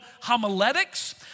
homiletics